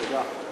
תודה.